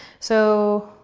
so